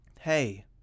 Hey